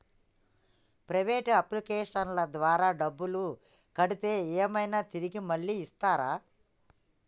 Private అప్లికేషన్ల ద్వారా డబ్బులు కడితే ఏమైనా తిరిగి మళ్ళీ ఇస్తరా?